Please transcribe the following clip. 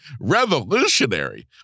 revolutionary